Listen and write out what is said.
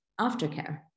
aftercare